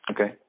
Okay